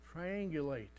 triangulate